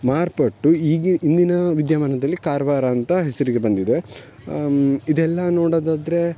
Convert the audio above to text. ಮಾರ್ಪಾಟು ಈಗಿ ಇಂದಿನ ವಿದ್ಯಮಾನದಲ್ಲಿ ಕಾರವಾರ ಅಂತ ಹೆಸರಿಗೆ ಬಂದಿದೆ ಇದೆಲ್ಲ ನೋಡೋದಾದರೆ